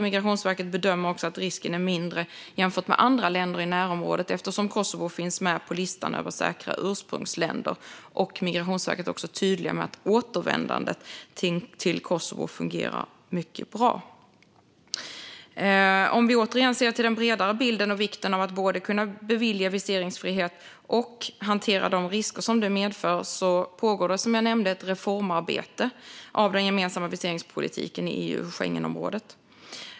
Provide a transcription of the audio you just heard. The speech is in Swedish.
Migrationsverket bedömer också att risken är mindre jämfört med andra länder i närområdet eftersom Kosovo finns med på listan över säkra ursprungsländer. Migrationsverket är också tydligt med att återvändandet till Kosovo fungerar mycket bra. Jag går tillbaka till den bredare bilden och vikten av att kunna både bevilja viseringsfrihet och hantera de risker som detta medför. Det pågår, som jag nämnde, ett reformarbete när det gäller den gemensamma viseringspolitiken i EU och Schengenområdet.